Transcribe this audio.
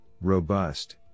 robust